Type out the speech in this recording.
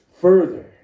further